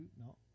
No